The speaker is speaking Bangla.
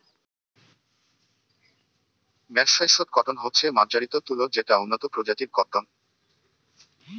মের্সরাইসড কটন হচ্ছে মার্জারিত তুলো যেটা উন্নত প্রজাতির কট্টন